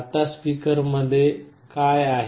आता स्पीकरमध्ये काय आहे